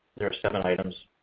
there're seven items.